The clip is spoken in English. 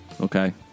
okay